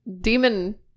demon